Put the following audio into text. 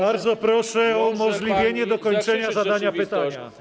Bardzo proszę o umożliwienie dokończenia zadania pytania.